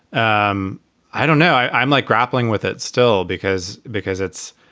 um i don't know. i'm like grappling with it still. because because it's